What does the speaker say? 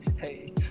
Hey